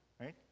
right